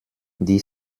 die